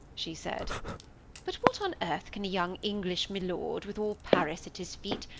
she said but what on earth can a young english milord, with all paris at his feet,